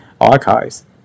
archives